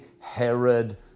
Herod